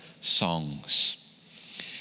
songs